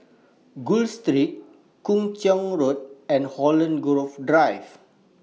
Gul Street Kung Chong Road and Holland Grove Drive